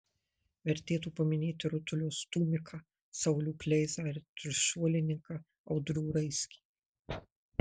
vertėtų paminėti rutulio stūmiką saulių kleizą ir trišuolininką audrių raizgį